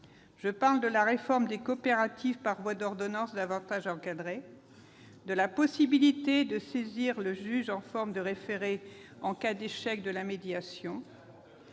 Je pense à la réforme des coopératives par voie d'ordonnance davantage encadrée, à la possibilité de saisir le juge en référé en cas d'échec de la médiation,